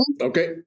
Okay